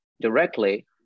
directly